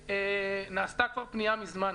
ונעשתה כבר פנייה מזמן.